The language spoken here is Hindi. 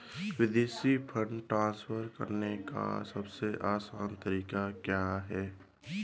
विदेश में फंड ट्रांसफर करने का सबसे आसान तरीका क्या है?